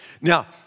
Now